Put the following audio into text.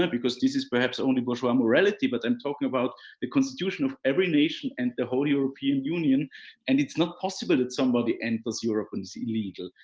because this is perhaps only bourgeois morality but i'm talking about the constitution of every nation and the whole european union and it's not possible that somebody enters europe and is illegal.